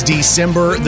December